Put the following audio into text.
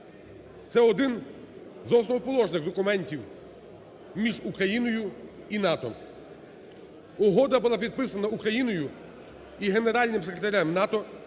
Це один з основоположних документів між Україною і НАТО. Угода була підписана Україною і Генеральним секретарем НАТО